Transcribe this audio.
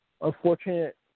Unfortunate